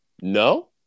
No